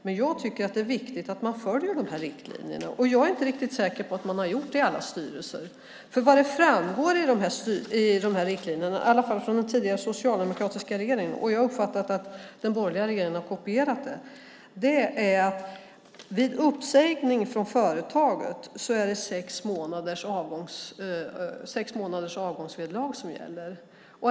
Men jag tycker att det är viktigt att man följer riktlinjerna, och jag är inte riktigt säker på att man har gjort det i alla styrelser. Det framgår i riktlinjerna - i alla fall i dem från den tidigare socialdemokratiska regeringen, och jag har uppfattat att den borgerliga regeringen har kopierat dem - att vid uppsägning från företaget är det sex månaders avgångsvederlag som gäller.